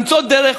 למצוא דרך,